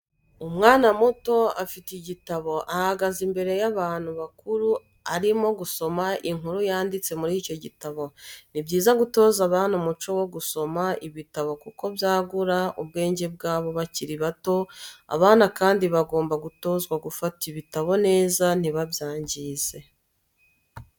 Umwana muto afite igitabo ahagaze imbere y'abantu bakuru arimo gusoma inkuru yanditse muri icyo gitabo. Ni byiza gutoza abana umuco wo gusoma ibitabo kuko byagura ubwenge bwabo bakiri bato, abana kandi bagomba gutozwa gufata ibitabo neza ntibabyangize.